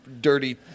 dirty